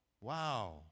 Wow